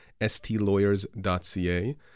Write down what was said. stlawyers.ca